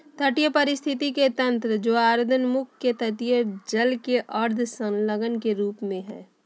तटीय पारिस्थिति के तंत्र ज्वारनदमुख के तटीय जल के अर्ध संलग्न के रूप में हइ